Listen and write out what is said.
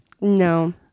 No